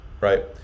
right